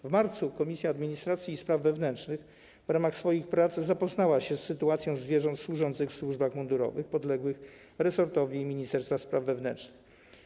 W marcu Komisja Administracji i Spraw Wewnętrznych w ramach swoich prac zapoznała się z sytuacją zwierząt służących w służbach mundurowych podległych resortowi ministerstwa spraw wewnętrznych.